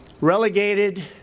relegated